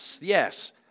Yes